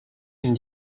une